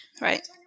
right